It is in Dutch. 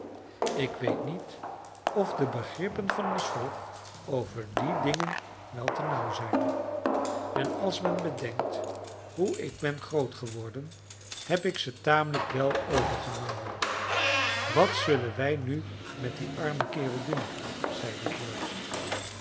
ik weet niet of de begrippen van ons volk over die dingen wel te nauw zijn en als men bedenkt hoe ik ben groot geworden heb ik ze tamelijk wel overgenomen wat zullen wij nu met dien armen kerel doen zeide george